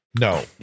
No